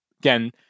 again